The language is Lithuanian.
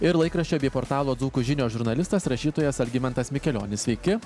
ir laikraščio bei portalo dzūkų žinios žurnalistas rašytojas algimantas mikelionis sveiki